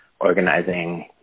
organizing